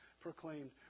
proclaimed